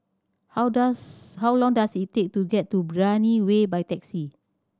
how does how long does it take to get to Brani Way by taxi